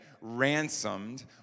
ransomed